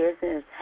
business